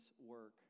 work